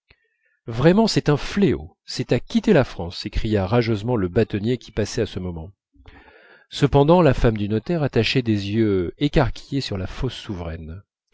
vraiment c'est un fléau c'est à quitter la france s'écria rageusement le bâtonnier qui passait à ce moment cependant la femme du notaire attachait des yeux écarquillés sur la fausse souveraine